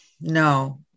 no